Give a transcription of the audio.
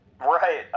right